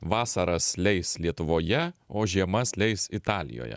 vasaras leis lietuvoje o žiemas leis italijoje